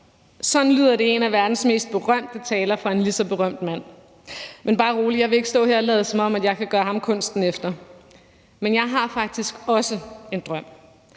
Sådan lyder det i en af verdens mest berømte taler fra en lige så berømt mand. Men bare rolig, jeg vil ikke stå her og lade, som om jeg kan gøre ham kunsten efter. Men jeg har faktisk også en drøm.